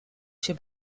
się